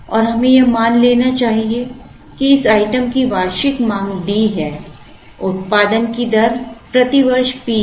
और हमें यह मान लेना चाहिए कि इस आइटम की वार्षिक मांग D है उत्पादन की दर प्रति वर्ष P है